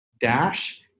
dash